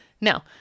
Now